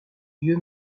dieu